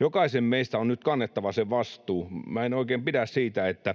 Jokaisen meistä on nyt kannettava se vastuu. Minä en oikein pidä siitä, että